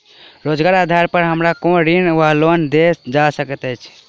रोजगारक आधार पर हमरा कोनो ऋण वा लोन देल जा सकैत अछि?